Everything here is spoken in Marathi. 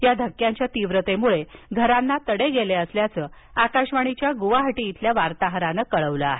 या धक्क्यांच्या तीव्रतेमुळे घरांना तडे गेले असल्याचं आकाशवाणीच्या गुवाहाटी इथल्या वार्ताहरानं कळवलं आहे